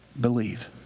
believe